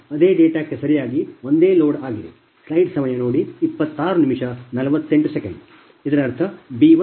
ಅದೇ ಡೇಟಾಕ್ಕೆ ಸರಿಯಾಗಿ ಒಂದೇ ಲೋಡ್ ಆಗಿದೆ